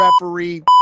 referee